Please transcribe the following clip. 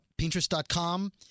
Pinterest.com